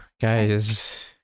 guys